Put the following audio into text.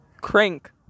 Crank